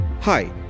hi